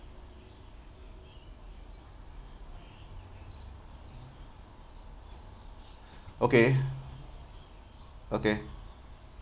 okay okay